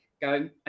go